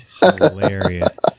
Hilarious